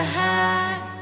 high